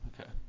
Okay